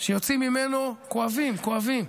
שיוצאים ממנו כואבים כואבים,